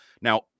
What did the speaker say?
Now